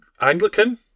Anglican